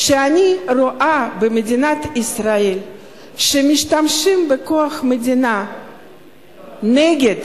כשאני רואה במדינת ישראל שמשתמשים בכוח המדינה נגד